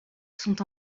sont